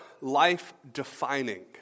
life-defining